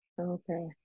Okay